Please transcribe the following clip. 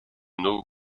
nos